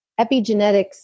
epigenetics